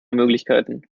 möglichkeiten